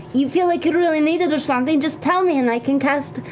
you feel like you really need it or something, just tell me and i can cast,